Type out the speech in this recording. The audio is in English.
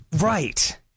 Right